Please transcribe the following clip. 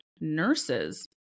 nurses